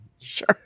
Sure